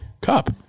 cup